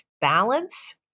balance